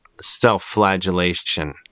self-flagellation